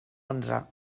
onze